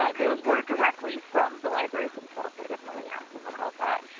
ah those were directly from the libraries themselves. i definitely asked them about that.